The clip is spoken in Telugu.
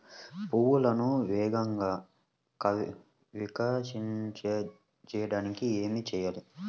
పువ్వులను వేగంగా వికసింపచేయటానికి ఏమి చేయాలి?